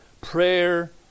Prayer